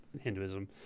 Hinduism